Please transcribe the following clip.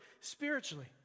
spiritually